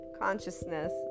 consciousness